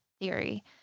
theory